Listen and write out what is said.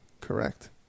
Correct